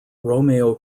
romeo